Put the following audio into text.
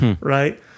Right